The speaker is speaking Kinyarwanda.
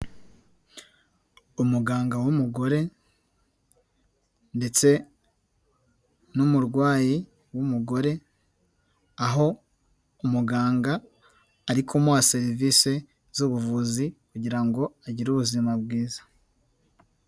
Umuganga w'umugore ndetse n'umurwayi w'umugore, aho umuganga ari kumuha serivise z'ubuvuzi kugira ngo agire ubuzima bwiza.